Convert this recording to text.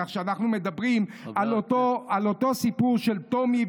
כך שאנחנו מדברים על אותו סיפור של טומי,